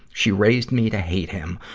she raised me to hate him,